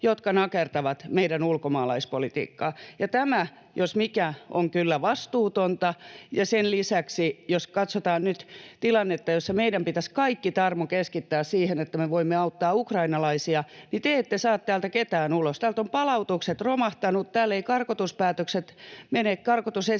jotka nakertavat meidän ulkomaalaispolitiikkaamme, ja tämä jos mikä on kyllä vastuutonta. Sen lisäksi jos katsotaan nyt tilannetta, jossa meidän pitäisi kaikki tarmo keskittää siihen, että me voimme auttaa ukrainalaisia, niin te ette saa täältä ketään ulos. Täältä ovat palautukset romahtaneet, täällä eivät karkotuspäätökset, karkotusesitykset